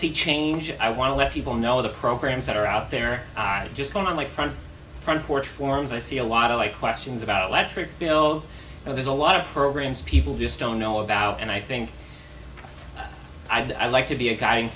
see change i want to let people know the programs that are out there are just going on like front front porch forms i see a lot of my questions about electric bills you know there's a lot of programs people just don't know about and i think i'd like to be a